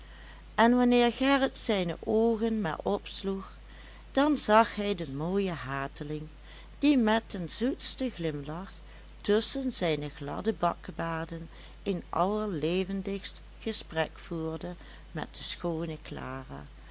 en wanneer gerrit zijne oogen maar opsloeg dan zag hij den mooien hateling die met den zoetsten glimlach tusschen zijne gladde bakkebaarden een allerlevendigst gesprek voerde met de schoone clara